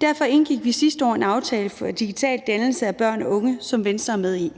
Derfor indgik vi sidste år en aftale om digital dannelse af børn og unge, som Venstre er med i.